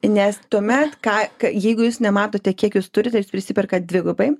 nes tuomet ką jeigu jūs nematote kiek jūs turite jūs prisiperkat dvigubai